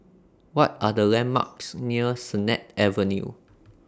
What Are The landmarks near Sennett Avenue